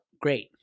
great